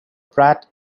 pratt